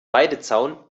weidezaun